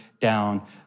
down